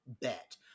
Bet